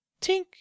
Tink